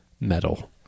metal